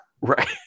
right